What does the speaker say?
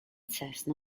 cessna